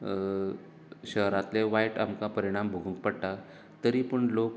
शहरांतले वायट आमकां परिणाम भोगूंक पडटा तरी पूण लोक